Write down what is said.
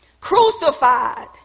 crucified